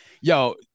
Yo